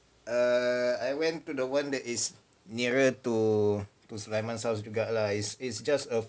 err I went to the one that is nearer to to sulaiman's house juga lah it's it's just a